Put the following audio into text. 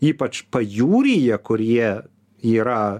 ypač pajūryje kur jie yra